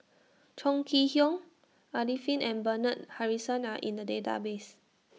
Chong Kee Hiong Arifin and Bernard Harrison Are in The Database